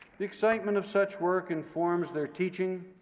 the excitement of such work informs their teaching,